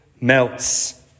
melts